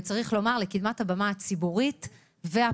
וצריך לומר: לקדמת הבמה הציבורית והפוליטית.